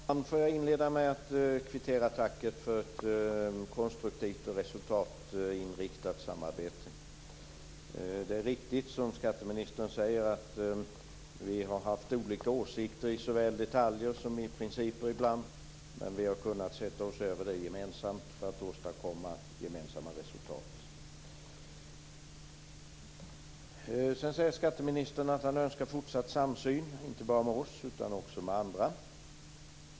Fru talman! Jag vill inleda med att kvittera tacket för ett konstruktivt och resultatinriktat samarbete. Det är riktigt som skatteministern säger att vi har haft olika åsikter i såväl detaljer som principer. Men vi har kunnat sätta oss över dem för att åstadkomma gemensamma resultat. Skatteministern önskar fortsatt samsyn, inte bara av oss utan också med andra.